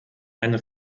eine